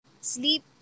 Sleep